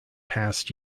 past